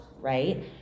right